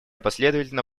последовательно